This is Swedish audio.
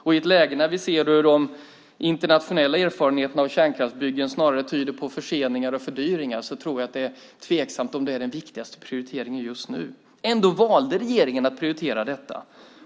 Och i ett läge när vi ser att de internationella erfarenheterna av kärnkraftsbyggen snarare tyder på förseningar och fördyringar tycker jag att det är tveksamt om det är den viktigaste prioriteringen just nu. Ändå valde regeringen att prioritera detta.